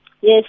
Yes